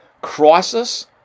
Crisis